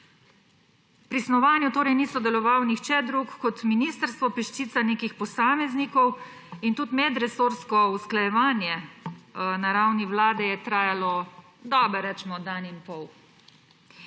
Pri snovanju torej ni sodeloval nihče drug kot ministrstvo, peščica nekih posameznikov. Tudi medresorsko usklajevanje na ravni vlade je trajalo, recimo, dan in pol.